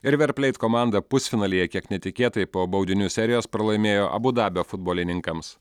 river pleit komanda pusfinalyje kiek netikėtai po baudinių serijos pralaimėjo abu dabio futbolininkams